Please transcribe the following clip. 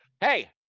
Hey